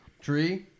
Tree